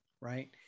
right